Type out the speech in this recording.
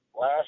Last